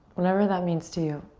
whatever that means to you.